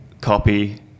copy